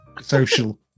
social